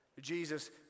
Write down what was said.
Jesus